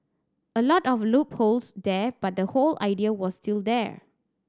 a lot of loopholes there but the whole idea was still there